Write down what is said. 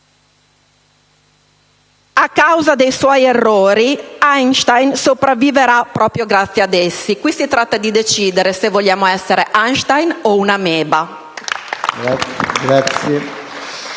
a causa dei suoi errori, Einstein sopravviverà proprio grazie ad essi. Qui si tratta di decidere se vogliamo essere Einstein o un'ameba.